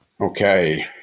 Okay